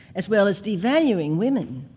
as well as devaluing women.